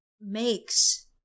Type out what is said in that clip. makes